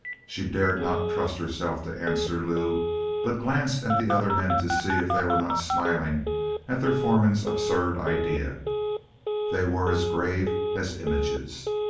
she dared not trust herself to answer lew but glanced at the other men to see if they were not smiling at their foreman's absurd idea they were as grave as images.